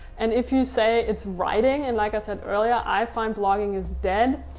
and if you say it's writing, and like i said earlier, i find blogging is dead,